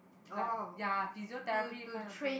like ya physiotherapy kind of thing